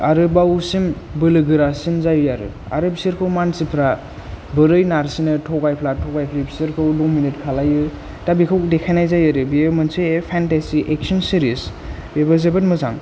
आरोबावसिम बोलोगोरासिन जायो आरो आरो बिसोरखौ मानसिफ्रा बोरै नारसिनो थगायफ्ला थगायफ्लि बिसोरखौ डमिनेट खालायो दा बेखौ देखायनाय जायो आरो बियो मोनसे फेन्टासि एक्सन सिरिस बेबो जोबोद मोजां